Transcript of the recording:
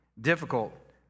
difficult